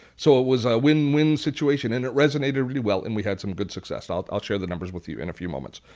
so it was a win-win situation and it resonated really well and we've had some good success. now i'll share the numbers with you in a few moments.